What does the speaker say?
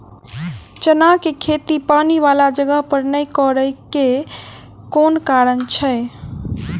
चना केँ खेती पानि वला जगह पर नै करऽ केँ के कारण छै?